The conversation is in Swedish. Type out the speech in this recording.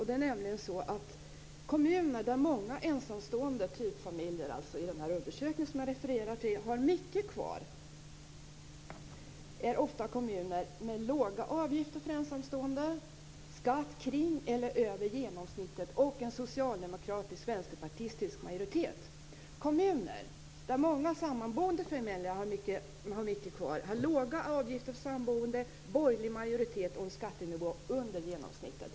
Det är nämligen så, enligt den undersökning som jag refererade, att kommuner där många ensamstående typfamiljer har mycket kvar ofta är kommuner med låga avgifter för ensamstående, skatt kring eller över genomsnittet och en socialdemokratisk-vänsterpartistisk majoritet. Kommuner där många sammanboende familjer har mycket kvar har låga avgifter för samboende, borgerlig majoritet och en skattenivå under genomsnittet.